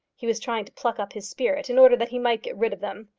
he was trying to pluck up his spirit in order that he might get rid of them.